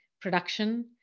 production